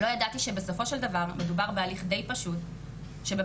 לא ידעתי שבסופו של דבר מדובר בהליך די פשוט שבפרוטוקול